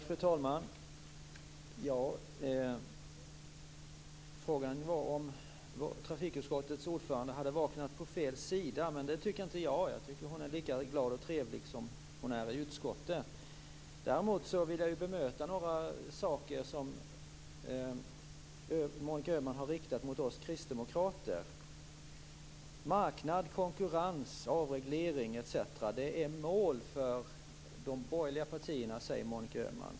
Fru talman! Frågan var om trafikutskottets ordförande hade vaknat på fel sida. Det tycker inte jag. Jag tycker att hon är lika glad och trevlig som hon är i utskottet. Däremot vill jag bemöta några saker som Monica Öhman har sagt om oss kristdemokrater. Monica Öhman säger att marknad, konkurrens, avreglering etc. är mål för de borgerliga partierna.